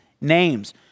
names